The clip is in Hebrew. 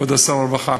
כבוד שר הרווחה,